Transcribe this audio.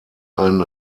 ein